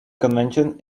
convention